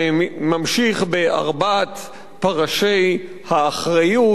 זה ממשיך בארבעת פרשי האחריות,